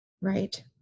Right